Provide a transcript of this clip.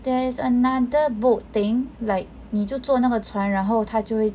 there is another boat thing like 你就坐那个船然后他就会